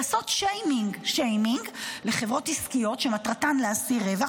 לעשות שיימינג לחברות עסקיות שמטרתן להשיא רווח.